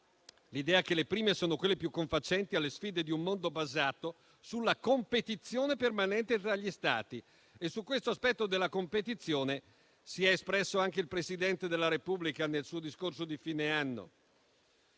l'idea che il primo sia quello più confacente alle sfide di un mondo basato sulla competizione permanente tra gli Stati e su questo aspetto della competizione si è espresso anche il Presidente della Repubblica nel suo discorso di fine anno.